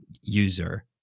user